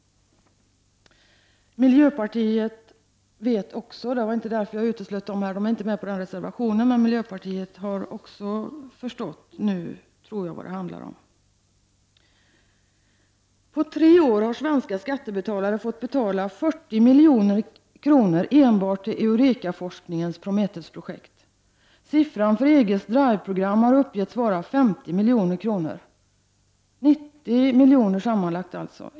Miljöpartiet står visserligen inte bakom vår reservation, men jag tror att också miljöpartisterna nu har förstått vad allt detta handlar om. På tre år har svenska skattebetalare fått betala 40 milj.kr. enbart till Eureka-forskningens Prometheus-projekt. Siffran för EGs Drive-program har uppgetts vara 50 miljoner, alltså sammanlagt 90 milj.kr.